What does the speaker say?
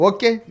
Okay